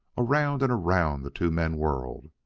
around and around the two men whirled,